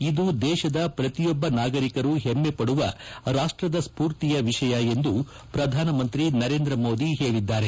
ಇದು ದೇಶದ ಪ್ರತಿಯೊಬ್ಬ ನಾಗರಿಕರು ಹೆಮ್ಜೆಪಡುವ ರಾಷ್ಟದ ಸ್ಫೂರ್ತಿಯ ವಿಷಯ ಎಂದು ಪ್ರಧಾನಮಂತ್ರಿ ನರೇಂದ್ರ ಮೋದಿ ಹೇಳಿದ್ದಾರೆ